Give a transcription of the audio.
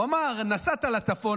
הוא אמר: נסעת לצפון,